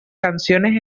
canciones